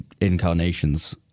incarnations